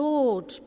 Lord